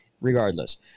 regardless